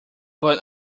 but